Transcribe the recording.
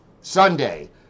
Sunday